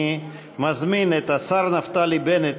אני מזמין את השר נפתלי בנט,